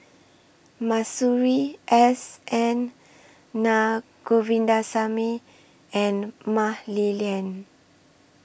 Masuri S N Naa Govindasamy and Mah Li Lian